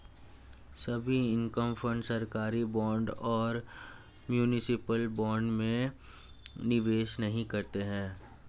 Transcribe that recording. सभी income fund सरकारी bond और म्यूनिसिपल बॉन्ड में निवेश नहीं करते हैं